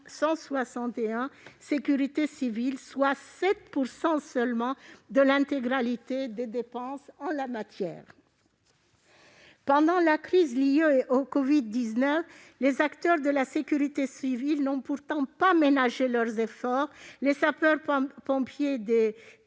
161, « Sécurité civile ». Cela représente seulement 7 % de l'intégralité des dépenses en la matière. Pendant la crise du covid-19, les acteurs de la sécurité civile n'ont, pourtant, pas ménagé leurs efforts : les sapeurs-pompiers des